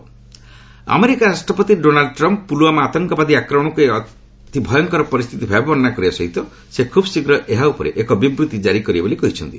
Pulwama Trump America ରାଷ୍ଟ୍ରପତି Donald Trump Pulwama ଆତଙ୍କବାଦୀ ଆକ୍ରମଣକୁ ଏକ ଅତି ଭୟଙ୍କର ପରିସ୍ଥିତି ଭାବେ ବର୍ଷନା କରିବା ସହିତ ସେ ଖୁବ୍ ଶୀଘ୍ର ଏହା ଉପରେ ଏକ ବିବୃତ୍ତି ଜାରି କରିବେ ବୋଲି କହିଛନ୍ତି